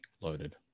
loaded